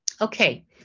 Okay